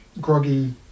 groggy